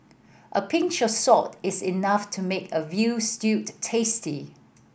a pinch of salt is enough to make a veal stew tasty